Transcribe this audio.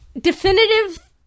definitive